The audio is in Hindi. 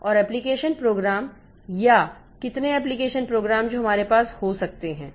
और एप्लिकेशन प्रोग्राम या कितने एप्लिकेशन प्रोग्राम जो हमारे पास हो सकते हैं